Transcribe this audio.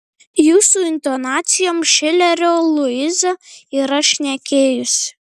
jūsų intonacijom šilerio luiza yra šnekėjusi